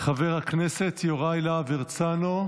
חבר הכנסת יוראי להב הרצנו,